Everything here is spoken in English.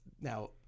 Now